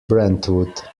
brentwood